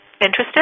interested